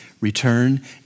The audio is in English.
return